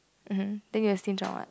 mmhmm then you will stinge on what